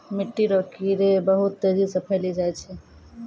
मिट्टी रो कीड़े बहुत तेजी से फैली जाय छै